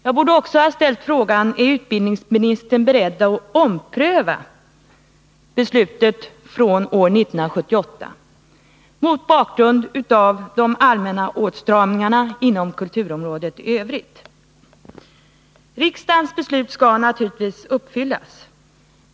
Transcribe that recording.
Jag borde också ha ställt frågan: Är utbildningsministern beredd att ompröva beslutet från år 1978 mot bakgrund av de allmänna åtstramningarna på kulturområdet i övrigt? Riksdagens beslut skall naturligtvis uppfyllas.